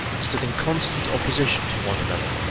stood in constant opposition to one another,